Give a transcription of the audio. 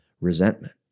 resentment